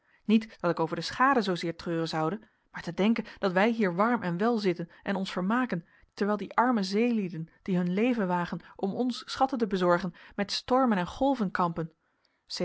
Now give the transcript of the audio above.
niet dat ik over de schade zoozeer treuren zoude maar te denken dat wij hier warm en wel zitten en ons vermaken terwijl die arme zeelieden die hun leven wagen om ons schatten te bezorgen met stormen en golven kampen